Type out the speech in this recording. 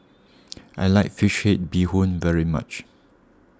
I like Fish Head Bee Hoon very much